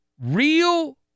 Real